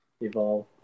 evolve